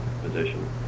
position